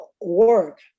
work